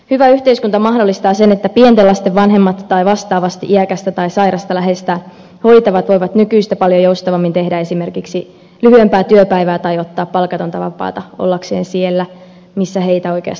hyvä yhteiskunta mahdollistaa sen että pienten lasten vanhemmat tai vastaavasti iäkästä tai sairasta läheistään hoitavat voivat nykyistä paljon joustavammin tehdä esimerkiksi lyhyempää työpäivää tai ottaa palkatonta vapaata ollakseen siellä missä heitä oikeasti tarvitaan